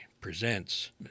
presents